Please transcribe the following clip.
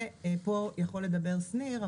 ופה יכול לדבר שניר,